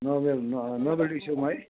नौ मेल न नोभेल्टीछेउमा है